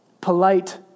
polite